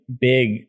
big